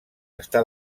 està